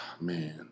Man